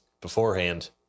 beforehand